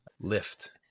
lift